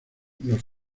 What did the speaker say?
los